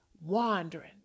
wandering